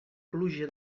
pluja